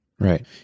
Right